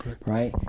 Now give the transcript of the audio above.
right